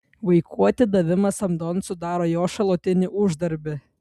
vaikų atidavimas samdon sudaro jo šalutinį uždarbį